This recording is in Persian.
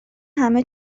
همه